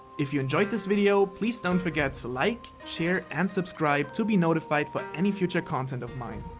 if you and this video, please don't forget to like, share and subscribe to be notified for any future content of mine.